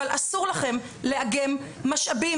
אבל אסור לכם לאגם משאבים.